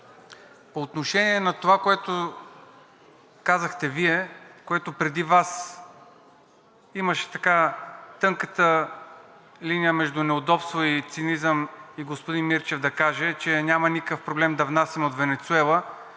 По отношение на това, което казахте Вие, което преди Вас имаше тънката линия между неудобство и цинизъм, и господин Мирчев да каже, че няма никакъв проблем да внасяме от Венецуела.